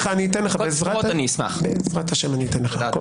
בעזרת השם אני אתן לך.